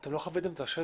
אתם לא חוויתם את השטח.